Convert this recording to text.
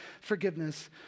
forgiveness